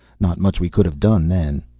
not much we could have done then.